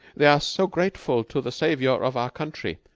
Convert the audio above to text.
they are so grateful to the savior of our country.